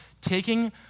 taking